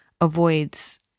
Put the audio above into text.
avoids